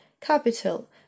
Capital